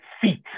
feet